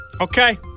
Okay